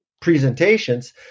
presentations